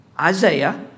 Isaiah